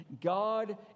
God